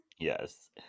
Yes